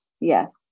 Yes